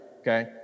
okay